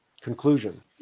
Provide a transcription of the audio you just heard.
conclusion